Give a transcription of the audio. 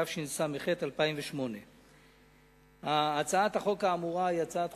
התשס"ח 2008. הצעת החוק האמורה היא הצעת